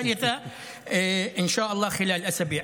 בעזרת השם, בתוך כמה שבועות.